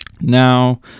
Now